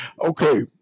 Okay